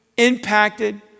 impacted